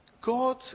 God